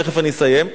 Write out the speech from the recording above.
תיכף אסיים,